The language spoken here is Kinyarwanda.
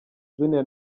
junior